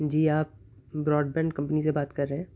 جی آپ broadband company سے بات کر رہے ہیں